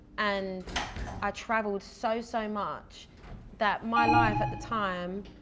and i traveled so so much that my life, at the time,